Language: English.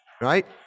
right